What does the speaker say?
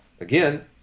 Again